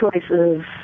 choices